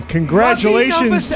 Congratulations